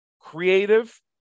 creative